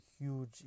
huge